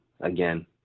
again